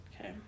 Okay